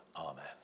Amen